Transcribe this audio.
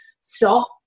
stop